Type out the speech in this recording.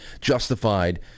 justified